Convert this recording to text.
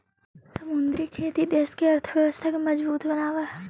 समुद्री खेती देश के अर्थव्यवस्था के मजबूत बनाब हई